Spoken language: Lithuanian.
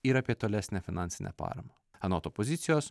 ir apie tolesnę finansinę paramą anot opozicijos